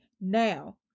now